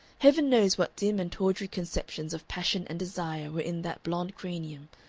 heaven knows what dim and tawdry conceptions of passion and desire were in that blond cranium,